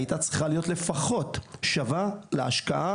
הייתה צריכה להיות לפחות שווה להשקעה